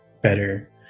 better